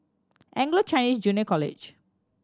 Anglo Chinese Junior College